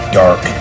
dark